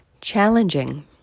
challenging